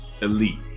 elite